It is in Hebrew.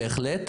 בהחלט,